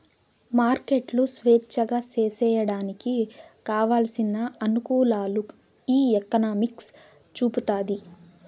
మార్కెట్లు స్వేచ్ఛగా సేసేయడానికి కావలసిన అనుకూలాలు ఈ ఎకనామిక్స్ చూపుతాది